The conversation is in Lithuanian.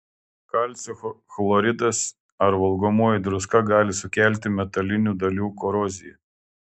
kalcio chloridas ar valgomoji druska gali sukelti metalinių dalių koroziją